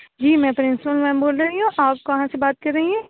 جی میں principal ma'am بول رہی ہوں آپ کہاں سے بات کر رہی ہیں